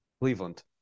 Cleveland